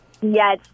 Yes